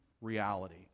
reality